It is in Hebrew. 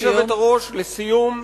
גברתי היושבת-ראש, לסיום,